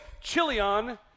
Chilion